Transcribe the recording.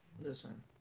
listen